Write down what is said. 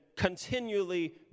continually